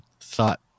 thought